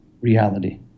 reality